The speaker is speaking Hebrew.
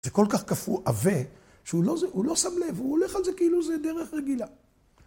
זה כל כך כפו אבה, שהוא לא שם לב, הוא הולך על זה כאילו זה דרך רגילה.